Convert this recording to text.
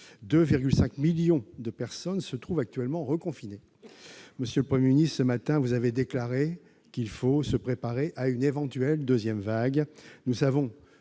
2,5 millions de personnes se trouvent actuellement reconfinées. Monsieur le Premier ministre, ce matin, vous avez déclaré qu'il fallait « se préparer à une éventuelle deuxième vague ». Nous savons